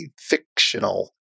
fictional